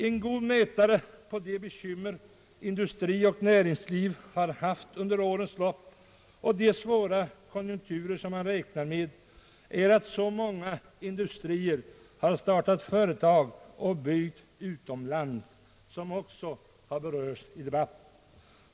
En god mätare på de bekymmer industri och näringsliv har haft under årens lopp och de svåra konjunkturer som man räknar med är att så många industrier har startat företag och byggt utomlands, vilket också har berörts i debatten.